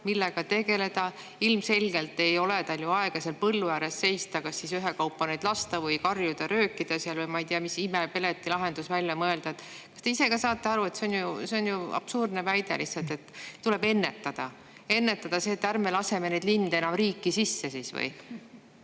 millega tegeleda. Ilmselgelt ei ole tal aega põllu ääres seista ja neid seal kas ühekaupa lasta või karjuda, röökida või ma ei tea, mis imepeleti lahendus välja mõelda. Kas te ise ka saate aru, et see on lihtsalt absurdne väide, et tuleb ennetada? Ennetada! Et ärme laseme neid linde enam riiki sisse või?